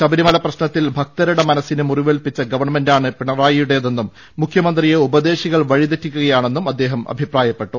ശബരിമല പ്രശ്നത്തിൽ ഭക്ത രുടെ മനസിന് മുറിവേൽപ്പിച്ച ഗവൺമെന്റാണ് പിണറായിയു ടേതെന്നും മുഖ്യമന്ത്രിയെ ഉപദേശികൾ വഴിതെറ്റിക്കുകയാണെന്നും അദ്ദേഹം അഭിപ്രായപ്പെട്ടു